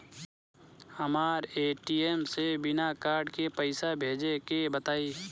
हमरा ए.टी.एम से बिना कार्ड के पईसा भेजे के बताई?